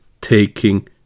taking